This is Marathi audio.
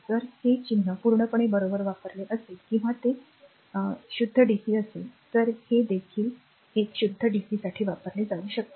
जर हे चिन्ह पूर्णपणे बरोबर वापरले असेल किंवा ते शुद्ध dc असेल तर हे देखील हे एका शुद्ध डीसीसाठी वापरले जाऊ शकते